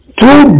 two